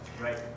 Right